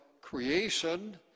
creation